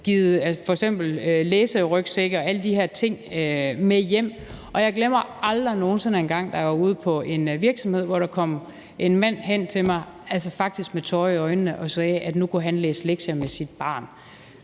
givet folk f.eks. læserygsække og alle de her ting med hjem. Jeg glemmer aldrig nogen sinde en gang, da jeg var ude på en virksomhed, hvor der kom en mand hen til mig, altså faktisk med tårer i øjnene, og sagde, at nu kunne han læse lektier med sit barn.